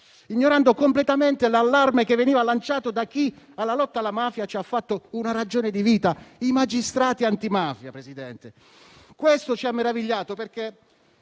ignorando completamente l'allarme che veniva lanciato da chi della lotta alla mafia ha fatto una ragione di vita, cioè i magistrati antimafia, Presidente. Questo ci ha meravigliato, perché